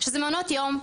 שזה מעונות יום,